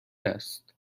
است